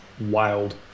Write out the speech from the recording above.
wild